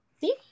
See